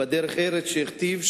בדרך-ארץ שהכתיב,